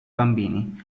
bambini